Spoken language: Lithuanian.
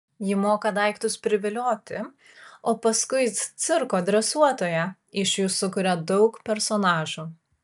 ji moka daiktus privilioti o paskui it cirko dresuotoja iš jų sukuria daug personažų